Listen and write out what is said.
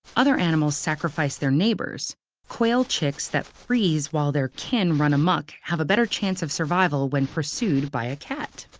other animals sacrifice their neighbors quail chicks that freeze while their kin run amok have a better chance of survival when pursued by a cat.